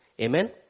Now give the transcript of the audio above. Amen